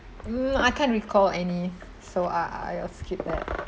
mm I can't recall any so I I'll skip that